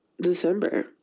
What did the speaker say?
December